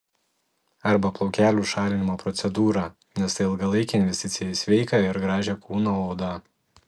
arba plaukelių šalinimo procedūrą nes tai ilgalaikė investiciją į sveiką ir gražią kūno odą